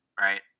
right